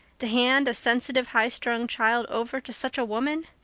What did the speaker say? to hand a sensitive, highstrung child over to such a woman!